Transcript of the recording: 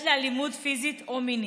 לאלימות פיזית או מינית,